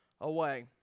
away